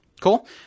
Cool